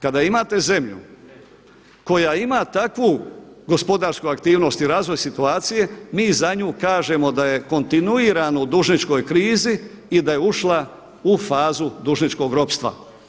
Kada imate zemlju koja ima takvu gospodarsku aktivnost i razvoj situacije, mi za nju kažemo da je kontinuirano u dužničkoj krizi i da je ušla u fazu dužničkog ropstva.